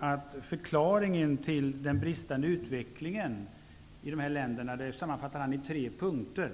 att förklaringen till den bristande utvecklingen i utvecklingsländerna kunde sammanfattas i tre punkter.